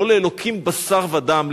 לא לאלוקים בשר ודם,